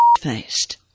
faced